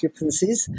occupancies